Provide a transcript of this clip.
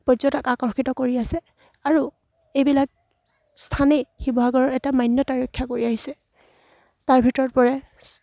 পৰ্যটক আকৰ্ষিত কৰি আছে আৰু এইবিলাক স্থানেই শিৱসাগৰৰ এটা মান্যতা ৰক্ষা কৰি আহিছে তাৰ ভিতৰত পৰে